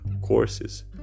courses